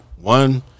one